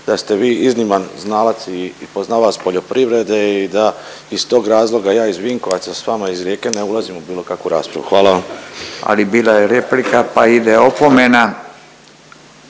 da ste vi izniman znalac i poznavalac poljoprivrede i da iz tog razloga ja iz Vinkovaca s vama iz Rijeke ne ulazim u bilo kakvu raspravu. Hvala vam. **Radin, Furio (Nezavisni)** Ali bila je replika pa ide opomena.